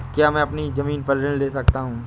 क्या मैं अपनी ज़मीन पर ऋण ले सकता हूँ?